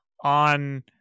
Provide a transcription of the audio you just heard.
on